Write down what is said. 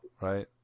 Right